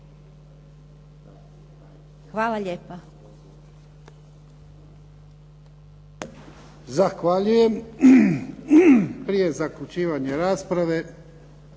Hvala lijepa.